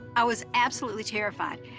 i was absolutely terrified.